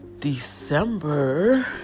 December